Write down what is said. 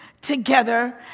together